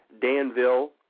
Danville